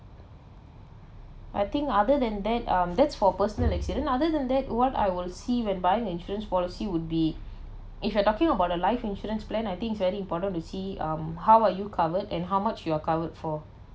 I think other than that um that's for personal accident other than that what I will see when buying insurance policy would be if you are talking about the life insurance plan I think it's very important to see um how are you covered and how much you are covered for